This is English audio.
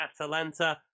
Atalanta